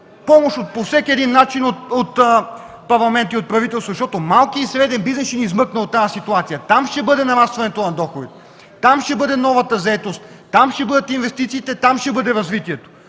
помощ по всеки един начин от парламента и от правителството, защото малкият и среден бизнес ще ни измъкнат от тази ситуация. Там ще бъде нарастването на доходите. Там ще бъде новата заетост, там ще бъдат инвестициите, там ще бъде развитието.